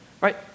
right